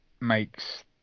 makes